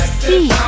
see